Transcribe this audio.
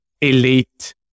elite